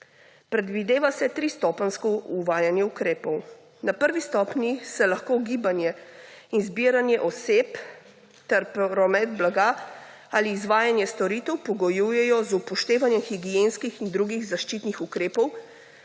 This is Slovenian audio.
Predvideva se tristopenjsko uvajanje ukrepov. Na prvi stopnji se lahko gibanje in zbiranje oseb ter promet blaga ali izvajanje storitev pogojujejo z upoštevanjem higienskih in drugih zaščitnih ukrepov,